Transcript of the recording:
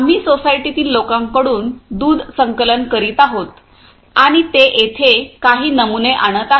आम्ही सोसायटीतील लोकांकडून दूध संकलन करीत आहोत आणि ते येथे काही नमुने आणत आहेत